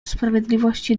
sprawiedliwości